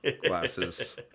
glasses